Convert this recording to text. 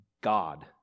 God